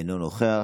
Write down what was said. אינו נוכח,